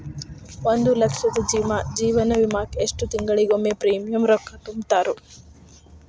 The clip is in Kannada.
ಒಂದ್ ಲಕ್ಷದ ಜೇವನ ವಿಮಾಕ್ಕ ಎಷ್ಟ ತಿಂಗಳಿಗೊಮ್ಮೆ ಪ್ರೇಮಿಯಂ ರೊಕ್ಕಾ ತುಂತುರು?